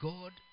God